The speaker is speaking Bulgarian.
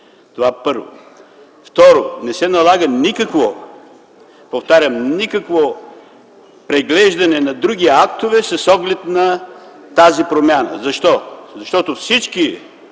това е първото. Второ, не се налага никакво, повтарям, никакво преглеждане на други актове с оглед на тази промяна. Защо? Защото всички